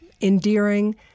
Endearing